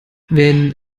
wenn